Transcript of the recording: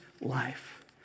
life